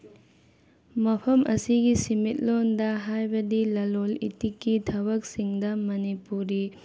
ꯃꯐꯝ ꯑꯁꯤꯒꯤ ꯁꯦꯟꯃꯤꯠꯂꯣꯟꯗ ꯍꯥꯏꯕꯗꯤ ꯂꯂꯣꯜ ꯏꯇꯤꯛꯀꯤ ꯊꯕꯛꯁꯤꯡꯗ ꯃꯅꯤꯄꯨꯔꯤ